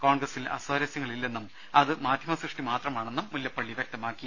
കോൺഗ്രസിൽ അസ്വാരസ്യങ്ങളില്ലെന്നും അതു മാധ്യമ സൃഷ്ടി മാത്രമാണെന്നും മുല്ലപ്പള്ളി വ്യക്തമാക്കി